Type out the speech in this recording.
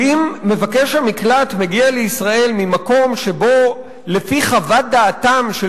כי אם מבקש המקלט מגיע לישראל ממקום שבו לפי חוות דעתם של